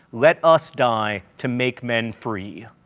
let us die to make men free.